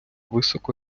високо